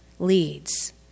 leads